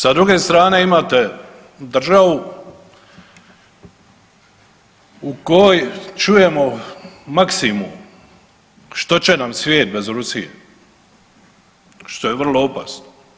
Sa druge strane imate države u kojoj čujemo maksimu što će nam svijet bez Rusije, što je vrlo opasno.